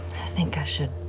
think i should